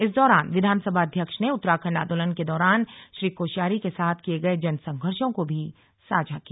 इस दौरान विधानसभा अध्यक्ष ने उत्तराखंड आंदोलन के दौरान श्री कोश्यारी के साथ किये गये जन संघर्षों को भी साझा किया